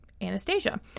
Anastasia